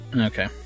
Okay